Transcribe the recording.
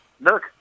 look